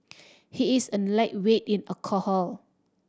he is a lightweight in alcohol